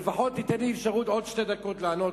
לפחות תיתן לי אפשרות עוד שתי דקות לענות,